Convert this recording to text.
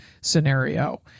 scenario